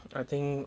I think